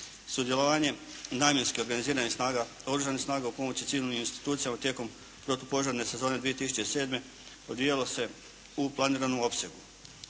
Sudjelovanje namjenski organiziranih snaga, oružanih snaga u pomoći civilnih institucija tijekom protupožarne sezone 2007. odvijalo se u planiranom opsegu.